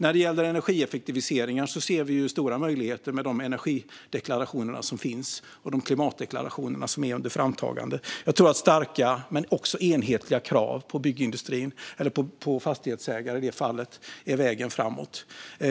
När det gäller energieffektiviseringar ser vi stora möjligheter med de energideklarationer som finns och de klimatdeklarationer som är under framtagande. Jag tror att starka men också enhetliga krav på byggindustrin, eller på fastighetsägare i det här fallet, är vägen framåt.